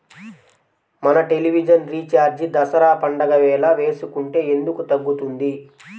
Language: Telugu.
మన టెలివిజన్ రీఛార్జి దసరా పండగ వేళ వేసుకుంటే ఎందుకు తగ్గుతుంది?